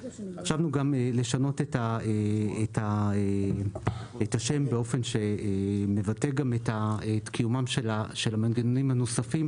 חשבנו גם לשנות את השם באופן שמבטא גם את קיומם של המנגנונים הנוספים